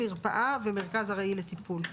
מרפאה ומוסד ארעי לטיפול.